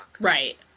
Right